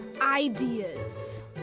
ideas